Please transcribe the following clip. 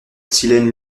silène